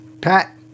Pat